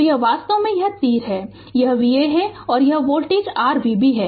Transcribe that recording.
तो यह वास्तव में यह तीर है यह Va है और यह वोल्टेज r Vb है